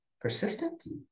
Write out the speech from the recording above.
persistence